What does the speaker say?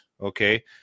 okay